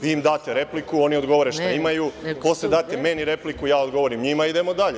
Vi ima date repliku, oni odgovore šta imaju, posle date meni repliku, ja odgovorim njima i idemo dalje.